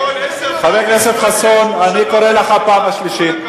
חבר הכנסת חסון, אני קורא אותך פעם שלישית.